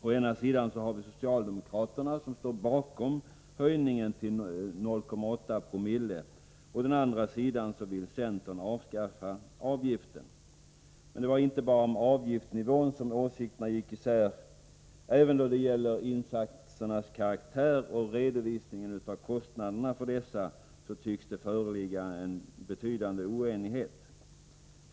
Å ena sidan har vi socialdemokraterna, som står bakom höjningen till 84o. Å andra sidan vill centern avskaffa avgiften. Men det var inte bara om avgiftsnivån som åsikterna gick isär. Även då det gäller insatsernas karaktär och redovisningen av kostnaderna för dessa tycks det föreligga en betydande oenighet.